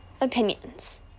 opinions